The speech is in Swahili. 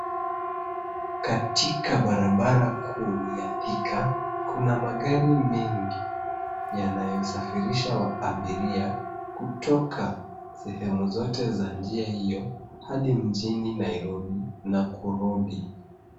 Katika barabara kuu ya Thika kuna magari mengi yanayosafirisha abiria kutoka sehemu zote za njia hiyo hadi mjini Nairobi na kurudi.